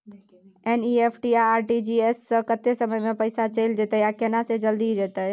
NEFT आ RTGS स कत्ते समय म पैसा चैल जेतै आ केना से जल्दी जेतै?